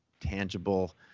tangible